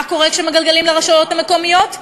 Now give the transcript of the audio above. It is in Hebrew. מה קורה כשמגלגלים לרשויות המקומיות?